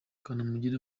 kanamugire